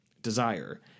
desire